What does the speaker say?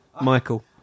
Michael